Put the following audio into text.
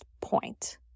point